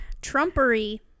Trumpery